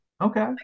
okay